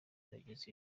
gerageza